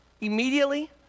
immediately